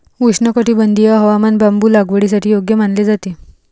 उष्णकटिबंधीय हवामान बांबू लागवडीसाठी योग्य मानले जाते